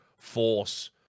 force